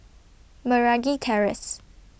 Meragi Terrace